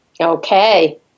Okay